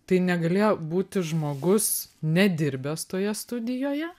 tai negalėjo būti žmogus nedirbęs toje studijoje